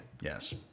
Yes